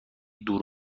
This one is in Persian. دور